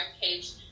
page